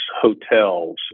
hotels